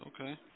Okay